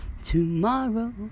tomorrow